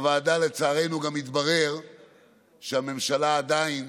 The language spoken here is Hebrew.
לצערנו, בוועדה התברר שהממשלה עדיין